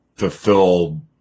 fulfill